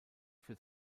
für